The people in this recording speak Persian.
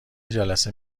جلسه